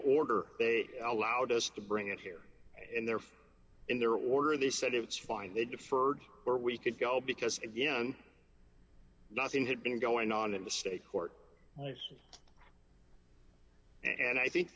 order they allowed us to bring it here and there in their order they said it's fine they deferred or we could go because again nothing had been going on in the state court and i think